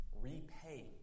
Repay